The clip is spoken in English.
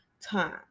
time